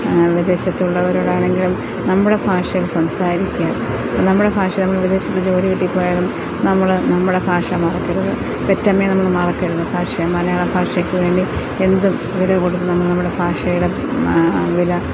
വിദേശത്തുള്ളവരോടാണെങ്കിലും നമ്മുടെ ഭാഷയിൽ സംസാരിക്കുക നമ്മുടെ ഭാഷ നമ്മള് വിദേശത്ത് ജോലി കിട്ടി പോയാലും നമ്മള് നമ്മുടെ ഭാഷ മറക്കരുത് പെറ്റമ്മയെ നമ്മള് മറക്കരുത് ഭാഷയെ മലയാള ഭാഷയ്ക്ക് വേണ്ടി എന്ത് വില കൊടുത്തും നമ്മള് നമ്മുടെ ഭാഷയുടെ വില